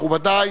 מכובדי,